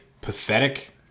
pathetic